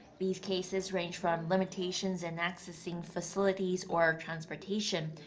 these cases range from limitations in accessing facilities or transportation,